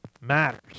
matters